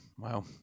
Wow